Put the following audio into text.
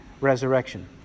resurrection